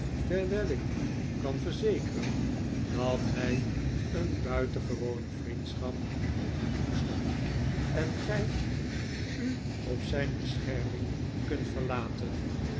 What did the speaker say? terwijl ik u kan verzekeren dat hij een buitengewone vriendschap voor u koestert en gij u op zijn bescherming kunt verlaten